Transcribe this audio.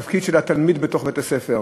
התפקיד של התלמיד בתוך בית-הספר,